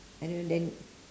I don't then